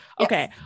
Okay